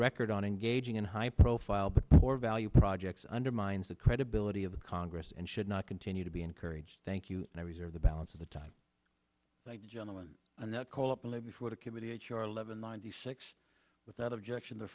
record on engaging in high profile but poor value projects undermines the credibility of the congress and should not continue to be encouraged thank you and i reserve the balance of the time like the gentleman and that call up and i before the committee h r eleven ninety six without objection the